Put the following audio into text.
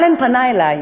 אלן פנה אלי,